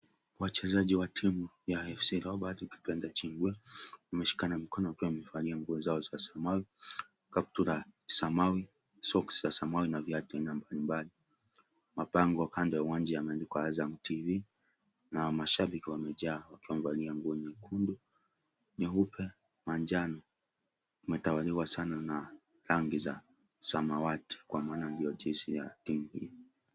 Wachezaji wa timu ya AFC Leopards ukipenda chigua wameshikana mikono wakiwa wamevalia nguo zao samawi , kaptura samawi socks za samawi na viatu aina mbalimbali. Mapango kando ya uwanja yameandikwa Azam TV na mashabiki wamejaa wakiwa wamevalia nguo za nyekundu , nyeupe, na njano wametawaliwa sana na rangi ya samawati kwa maana ndio jezi ya timu hii.